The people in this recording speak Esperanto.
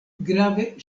grave